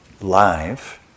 live